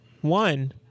One